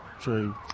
true